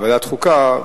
לוועדת חוקה,